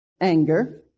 anger